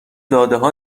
دادهها